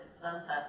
sunset